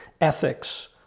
ethics